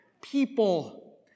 people